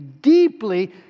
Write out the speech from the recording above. deeply